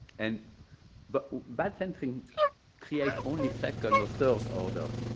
and but bad centering create only second or third order